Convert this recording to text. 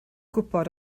gwybod